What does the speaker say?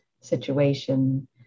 situation